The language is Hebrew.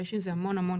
ויש עם זה המון קשיים.